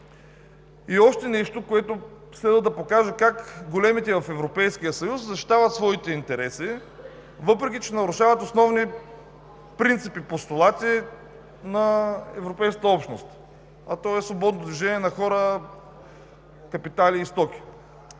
Още нещо, което следва да покаже как големите в Европейския съюз защитават своите интереси, въпреки че нарушават основни принципи, постулати на европейската общност, а то е свободно движение на хора, капитали и стоки.